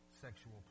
sexual